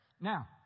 Now